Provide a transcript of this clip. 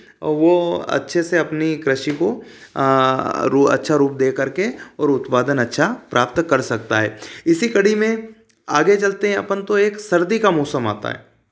वह अच्छे से अपनी कृषि को रु अच्छा रूप देकर के और उत्पादन अच्छा प्राप्त कर सकता है इसी कड़ी में आगे चलते हैं अपन तो एक सर्दी का मौसम आता है